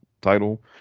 title